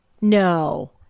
no